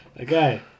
Okay